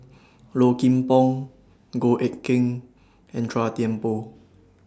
Low Kim Pong Goh Eck Kheng and Chua Thian Poh